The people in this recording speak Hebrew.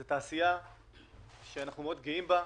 זו תעשייה שאנחנו מאוד גאים בה.